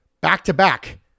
Back-to-back